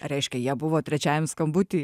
reiškia jie buvo trečiajam skambuty